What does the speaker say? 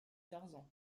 tarzan